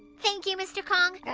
thank you, mr. kong!